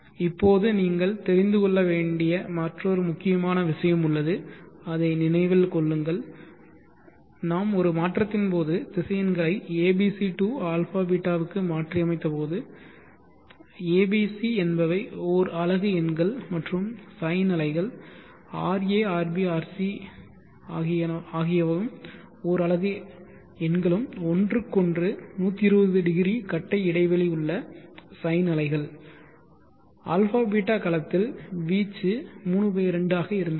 இப்போது நீங்கள் தெரிந்து கொள்ள வேண்டிய மற்றொரு முக்கியமான விஷயம் உள்ளது அதை நினைவில் கொள்ளுங்கள் நாங்கள் ஒரு மாற்றத்தின்போது திசையன்களை abc to αβ க்கு மாற்றியமைத்தபோது a b c என்பவை ஓர் அலகு எண்கள் மற்றும் sine அலைகள் ra rb rc ஓர் அலகு எண்களும் ஒன்றுக்கொன்று 1200 கட்ட இடைவெளி உள்ள சைன் அலைகள் αβ களத்தில் வீச்சு 32 ஆக இருந்தது